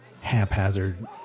haphazard